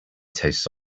tastes